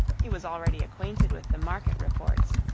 he was already acquainted with the market reports,